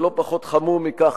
ולא פחות חמור מכך,